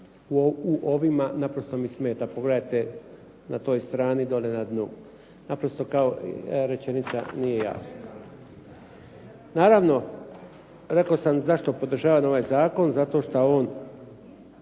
u ovima, naprosto mi smeta, pogledajte na toj strani dolje na dnu. Naprosto kao rečenica nije jasna. Naravno, rekao sam zašto podržavam ovaj zakon. Zato što on